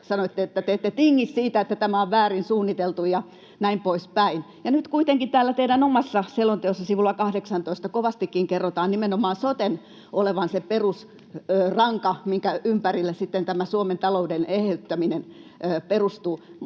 sanoitte, että te ette tingi siitä, että tämä on väärin suunniteltu, ja näin poispäin. Nyt kuitenkin täällä teidän omassa selonteossanne sivulla 18 kovastikin kerrotaan nimenomaan soten olevan se perusranka, minkä ympärille sitten tämä Suomen talouden eheyttäminen perustuu.